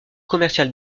commercial